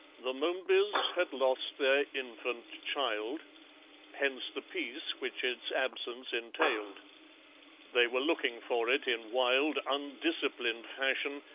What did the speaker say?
the momebys had lost their infant child hence the peace which its absence entailed they were looking for it in wild, undisciplined fashion,